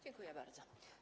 Dziękuję bardzo.